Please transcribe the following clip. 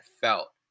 felt